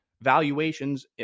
valuations